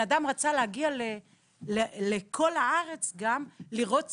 בן אדם רצה להגיע לכל הארץ לראות ספרייה.